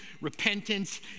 repentance